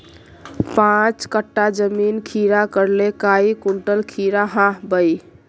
पाँच कट्ठा जमीन खीरा करले काई कुंटल खीरा हाँ बई?